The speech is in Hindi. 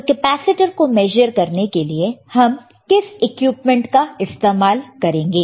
तो कैपेसिटर को मेजर करने के लिए हम किस इक्विपमेंट का इस्तेमाल करेंगे